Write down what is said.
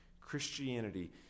Christianity